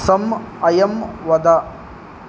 समयं वद